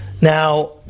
Now